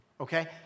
Okay